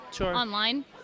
online